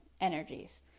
energies